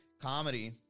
comedy